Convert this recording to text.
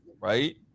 Right